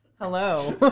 Hello